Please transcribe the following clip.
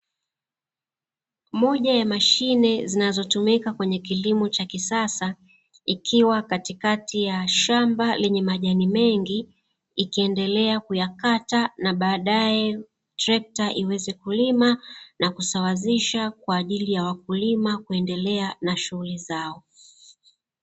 Moja ya mashine zinazotumika kwenye kilimo cha kisasa, ikiwa Katikati ya shamba lenye majani mengi, ikiendelea kuyakata na baadae trekta iweze kulima na kusawazisha kwa ajili ya wakulima kuendelea na shughuli zao.